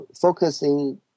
focusing